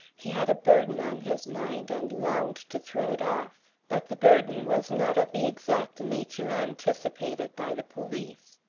he had a burden on his mind, and longed to throw it off. but the burden was not of the exact nature anticipated by the police.